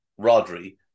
Rodri